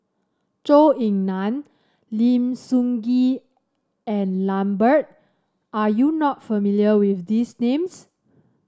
Zhou Ying Nan Lim Sun Gee and Lambert are you not familiar with these names